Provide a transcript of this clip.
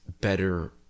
better